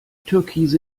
türkise